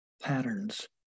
patterns